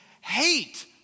hate